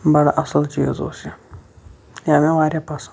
بَڑٕ اَصل چیٖز اوس یہِ یہِ آو مےٚ واریاہ پَسَنٛد